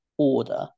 order